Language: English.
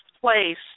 place